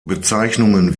bezeichnungen